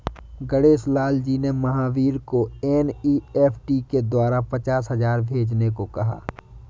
गणेश लाल जी ने महावीर को एन.ई.एफ़.टी के द्वारा पचास हजार भेजने को कहा